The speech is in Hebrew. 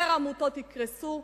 יותר עמותות יקרסו,